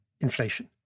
inflation